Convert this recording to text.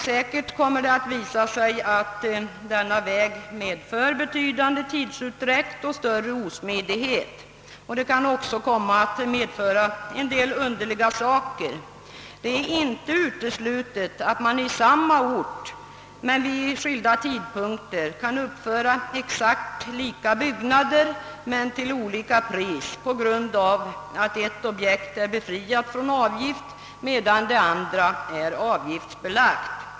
Säkert kommer det att visa sig att denna väg med för betydande tidsutdräkt och större osmidighet. Den kan också medföra en del underliga saker. Det är inte uteslutet att man i samma ort men vid skilda tidpunkter kan uppföra exakt lika byggnader men till olika pris på grund av att ett objekt är befriat från avgift medan ett annat är avgiftsbelagt.